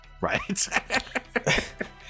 right